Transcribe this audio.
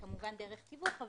כמובן דרך תיווך,